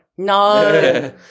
No